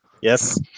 Yes